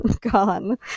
gone